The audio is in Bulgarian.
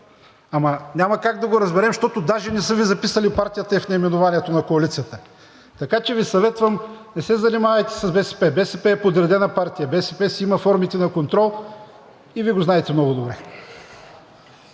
ама няма как да го разберем, защото даже не са записали партията Ви в наименованието на коалицията. Така че Ви съветвам – не се занимавайте с БСП! БСП е подредена партия. БСП си има формите на контрол и Вие го знаете много добре.